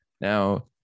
Now